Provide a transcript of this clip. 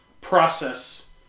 process